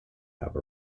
have